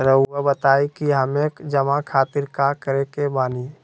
रहुआ बताइं कि हमें जमा खातिर का करे के बानी?